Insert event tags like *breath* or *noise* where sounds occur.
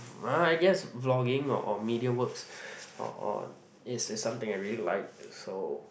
well I guess blogging or or media works *breath* or or it is something I really like so